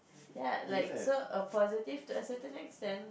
ya like so a positive to a certain extent